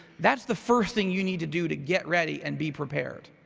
that's the first thing you need to do to get ready and be prepared.